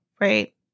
Right